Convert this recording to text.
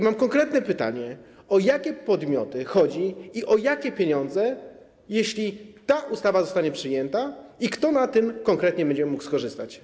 Mam konkretne pytanie: O jakie podmioty chodzi i o jakie pieniądze, jeśli ta ustawa zostanie przyjęta i kto na tym konkretnie będzie mógł skorzystać?